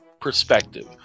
perspective